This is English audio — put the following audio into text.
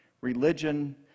Religion